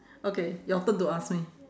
okay your turn to ask me